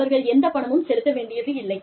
அவர்கள் எந்த பணமும் செலுத்த வேண்டியதில்லை